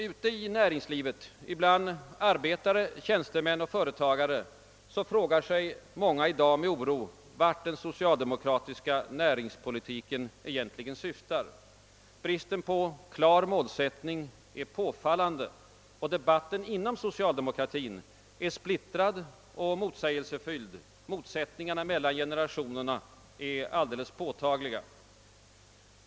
Ute i näringslivet bland arbetare, tjänstemän och företagare frågar sig många i dag med oro vart den socialdemokratiska näringspolitiken egentligen syftar. Bristen på klar målsättning är påfallande, och debatten inom socialdemokratin är splittrad och motsägelsefylld. Motsättningarna mellan generationerna är alldeles påtagliga.